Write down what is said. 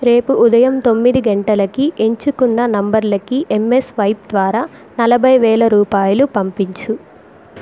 రేపు ఉదయం తొమ్మిది గంటలకి ఎంచుకున్న నంబర్లకి ఎంస్వైప్ ద్వారా నలభై వేల రూపాయిలు పంపించు